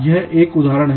यह एक उदाहरण है